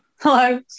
Hello